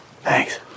Thanks